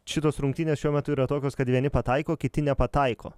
šitos rungtynės šiuo metu yra tokios kad vieni pataiko kiti nepataiko